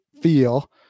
feel